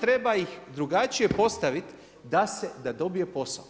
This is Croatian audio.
treba ih drugačije postaviti da dobije posao.